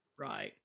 Right